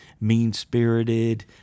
mean-spirited